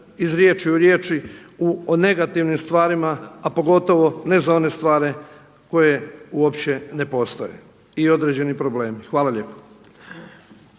iz riječi u riječi o negativnim stvarima, a pogotovo ne za one stvari koje uopće ne postoje i određeni problemi. Hvala lijepo.